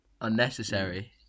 Unnecessary